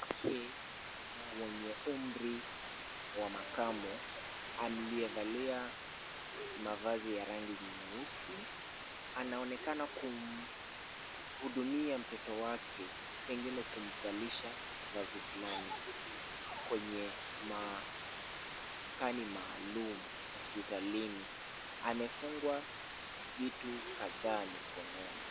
Mwanamke mwenye umri wa makamo aliyevalia mavazi ya rangi nyeusi. Anaonekana kumhudumia mtoto wake pengine kumvalisha vazi fulani kwenye maskani maalum hospitalini. Amefungwa vitu kadhaa mikononi.